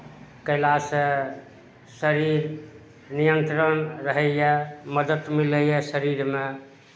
कयलासँ शरीर नियन्त्रण रहैए मदति मिलैए शरीरमे